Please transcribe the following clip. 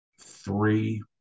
Three